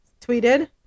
tweeted